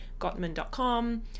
Gottman.com